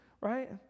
right